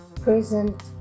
present